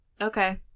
Okay